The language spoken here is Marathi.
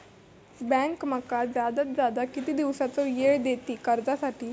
बँक माका जादात जादा किती दिवसाचो येळ देयीत कर्जासाठी?